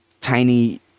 tiny